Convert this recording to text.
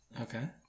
okay